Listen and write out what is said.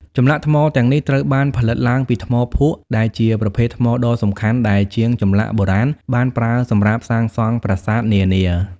ចម្លាក់ថ្មទាំងនេះត្រូវបានផលិតឡើងពី ថ្មភក់ ដែលជាប្រភេទថ្មដ៏សំខាន់ដែលជាងចម្លាក់បុរាណបានប្រើសម្រាប់សាងសង់ប្រាសាទនានា។